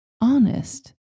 honest